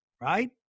right